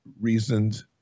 reasoned